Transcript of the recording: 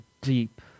deep